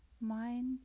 mind